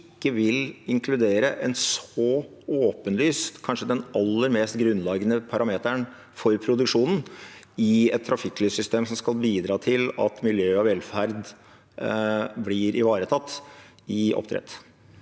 inkludere en så åpenlys parameter, kanskje den aller mest grunnleggende parameteren for produksjonen, i et trafikklyssystem som skal bidra til at miljø og velferd blir ivaretatt i oppdrett?